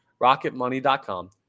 Rocketmoney.com